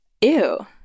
Ew